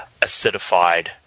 acidified